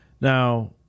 Now